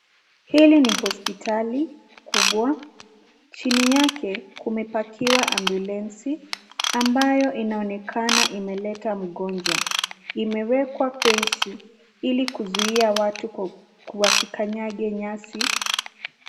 Hili ni hospitali kubwa. Chini yake, kumepakiwa ambulensi ambayo inaonekana imeleta mgonjwa. Imewekwa fensi, ili kuzuia watu wasikanyage nyasi.